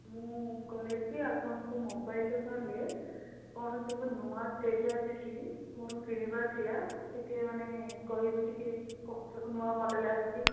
ମୁଁ କହିଲି କି ଆପଣଙ୍କ ମୋବାଇଲ ଦୋକାନରେ କ'ଣ ସବୁ ନୂଆ ସେଟ୍ ଆସିଛି ମୋର କିଣିବାର ଥିଲା ଟିକିଏ ମାନେ କହିବି ଟିକିଏ କ'ଣ ସବୁ ନୂଆ ମଡ଼େଲ୍ ଆସିଛି